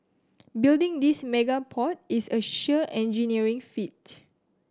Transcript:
building this mega port is a sheer engineering feat